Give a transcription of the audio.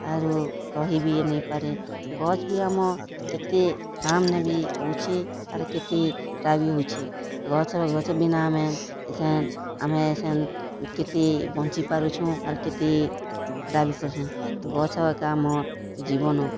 ଆରୁ ରହିବି ନେଇଁ ପାରେ ଗଛ୍ ବି ଆମ କେତେ କାମ୍ନେ ବି ଆଉଛେ ଆରୁ କେତେଟା ବି ହଉଛେ ଗଛ୍ର ଗଛ୍ ବିନା ଆମେ ଏଛେନ୍ ଆମେ ସେନ୍ କେତେ ବଞ୍ଚି ପାରୁଛୁଁ ଆରୁ କେତେ ହେଟା ବି କର୍ସନ୍ ଗଛ ଏକା ଆମର୍ ଜୀବନ